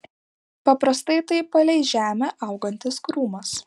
paprastai tai palei žemę augantis krūmas